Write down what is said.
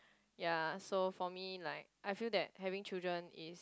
ya so for me like I feel that having children is